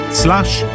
slash